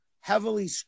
heavily